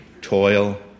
toil